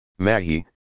Mahi